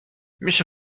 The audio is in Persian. میشه